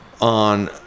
on